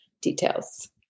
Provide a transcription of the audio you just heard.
details